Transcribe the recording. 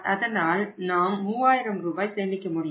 அதனால் நாம் 3000 ரூபாய் சேமிக்க முடியும்